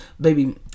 baby